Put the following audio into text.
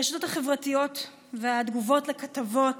ברשתות החברתיות ובתגובות לכתבות